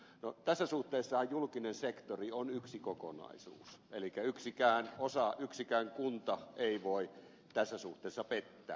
no tässä suhteessahan julkinen sektori on yksi kokonaisuus elikkä yksikään osa yksikään kunta ei voi tässä suhteessa pettää